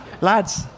lads